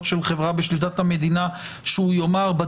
של חברה בשליטת המדינה שהוא יאמר ב